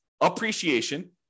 appreciation